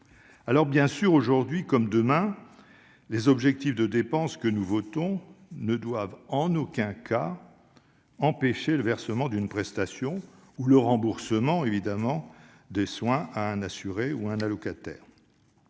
les abus. Aussi, aujourd'hui comme demain, les objectifs de dépenses que nous adoptons ne doivent en aucun cas empêcher le versement d'une prestation ou le remboursement de soins à un assuré ou à un allocataire.